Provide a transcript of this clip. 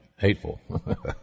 Hateful